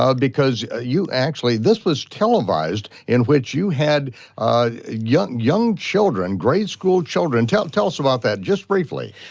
ah because ah you actually, this was televised in which you had young young children, grade school children, tell tell us about that just briefly.